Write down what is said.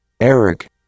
Eric